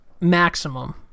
maximum